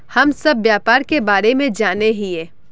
हम सब व्यापार के बारे जाने हिये?